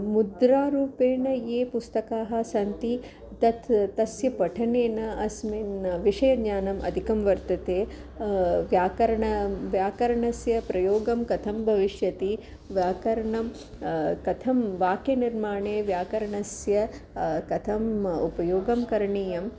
मुद्रारूपेण यानि पुस्तकानि सन्ति तत् तस्य पठनेन अस्मिन् विषयज्ञानम् अधिकं वर्तते व्याकरणं व्याकरणस्य प्रयोगं कथं भविष्यति व्याकरणं कथं वाक्यनिर्माणे व्याकरणस्य कथम् उपयोगं करणीयम्